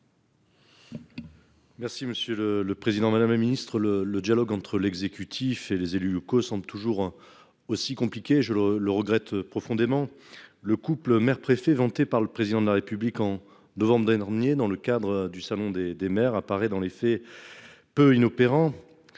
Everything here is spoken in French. Merci monsieur le le président Madame la Ministre le le dialogue entre l'exécutif et les élus locaux sont toujours aussi compliqué, je le regrette profondément. Le couple mère préfet vantée par le président de la République en novembre dernier dans le cadre du salon des des maires apparaît dans les faits. Peu inopérant.